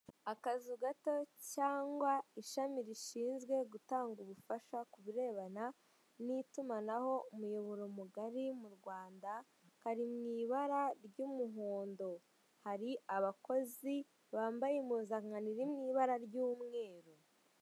Akazu gato cyangwa ishami rishinzwe gutanga ubufasha mu birebana n'itumanaho umuyoboro mugari mu Rwanda, kari mu ibara ry'umuhondo hari abakozi bambaye impuzankano iri mu ibara ry'umweru